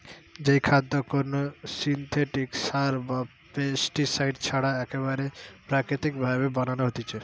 যেই খাদ্য কোনো সিনথেটিক সার বা পেস্টিসাইড ছাড়া একেবারে প্রাকৃতিক ভাবে বানানো হতিছে